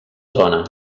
zona